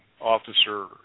Officer